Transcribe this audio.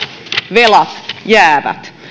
velat jäävät